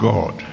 God